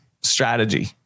strategy